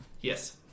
yes